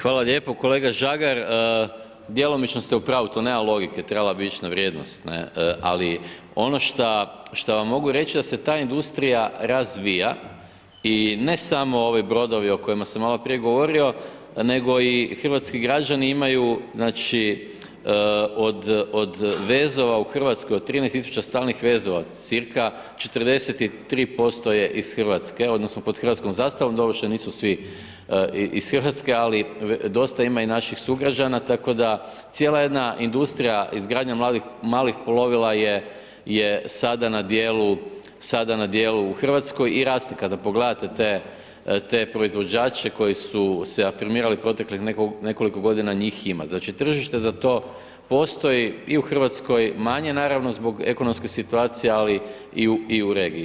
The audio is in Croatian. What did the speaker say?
Hvala lijepa kolega Žagar, djelomično ste u pravu tu nema logike trebala bi ići na vrijednost, ne, ali ono šta vam mogu reći da se ta industrija razvija i ne samo ovi brodovi o kojima sam maloprije govori, nego i hrvatski građani imaju znači od, od vezova u Hrvatskoj, od 13.000 stalnih vezova cca 43% je iz Hrvatske odnosno pod hrvatskom zastavom doduše nisu svi iz Hrvatske, ali dosta ima i naših sugrađana tako da cijela jedna industrija, izgradnja malih plovila je sada na djelu, sada na djelu u Hrvatskoj i raste, kada pogledate te, te proizvođače koji su se afirmirali proteklih nekoliko godina njih ima, znači tržište za to postoji i u Hrvatskoj manje naravno zbog ekonomske situacije, ali i u regiji.